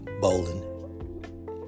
bowling